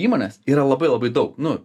įmonės yra labai labai daug nu